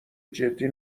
جدی